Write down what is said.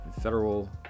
Federal